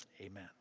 Amen